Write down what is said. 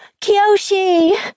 Kiyoshi